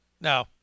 No